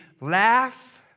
laugh